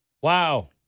Wow